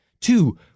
two